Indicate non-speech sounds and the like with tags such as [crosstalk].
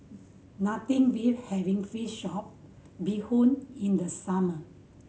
nothing [unintelligible] having fish soup bee hoon in the summer